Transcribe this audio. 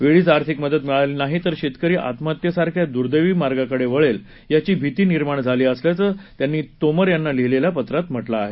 वेळीच आर्थिक मदत मिळाली नाही तर शेतकरी आत्महत्येसारख्या दुदैवी मार्गाकडे वळेल याची भीती निर्माण झाली असल्याचं त्यांनी तोमर यांना लिहिलेल्या पत्रात म्हटलं आहे